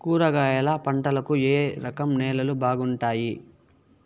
కూరగాయల పంటలకు ఏ రకం నేలలు బాగుంటాయి?